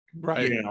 right